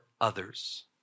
others